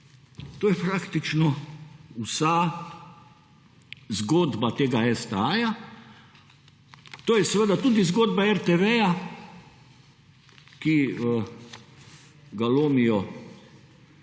to je praktično vsa zgodba tega STA. To je seveda tudi zgodba RTV, ki ga **67.